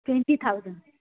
twenty thousand